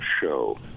show